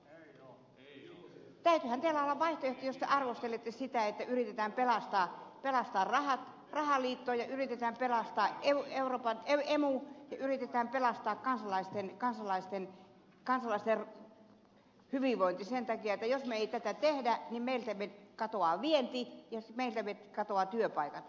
täytyyhän teillä olla vaihtoehto jos te arvostelette sitä että yritetään pelastaa rahaliitto ja yritetään pelastaa emu ja yritetään pelastaa kansalaisten hyvinvointi koska jos me emme tätä tee meiltä katoaa vienti ja meiltä katoavat työpaikat